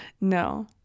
no